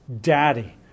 daddy